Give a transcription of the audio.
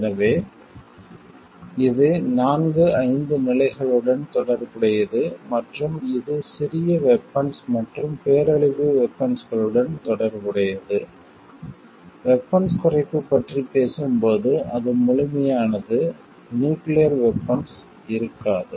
எனவே இது நான்கு ஐந்து நிலைகளுடன் தொடர்புடையது மற்றும் இது சிறிய வெபன்ஸ் மற்றும் பேரழிவு வெபன்ஸ்களுடன் தொடர்புடையது வெபன்ஸ் குறைப்பு பற்றி பேசும்போது அது முழுமையானது நியூக்கிளியர் வெபன்ஸ் இருக்காது